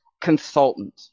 consultant